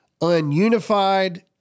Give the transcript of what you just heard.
ununified